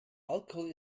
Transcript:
alkohol